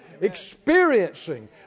Experiencing